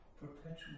Perpetual